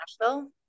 Nashville